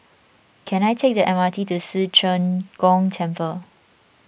can I take the M R T to Ci Zheng Gong Temple